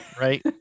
right